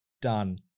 done